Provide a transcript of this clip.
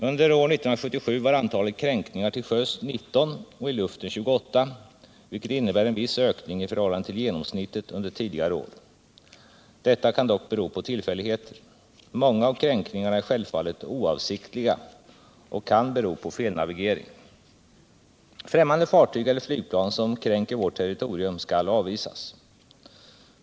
Under år 1977 var antalet kränkningar till sjöss 19 och i luften 28, vilket innebär en viss ökning i förhållande till genomsnittet under tidigare år. Detta kan dock bero på tillfälligheter. Många av kränkningarna är självfallet oavsiktliga och kan bero på felnavigering. Främmande fartyg eller flygplan som kränker vårt territorium skall avvisas.